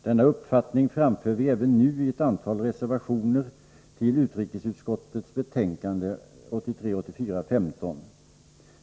Denna uppfattning framför vi även nu i ett antal reservationer till utrikesutskottets betänkande 1983/84:15.